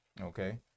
okay